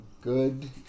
good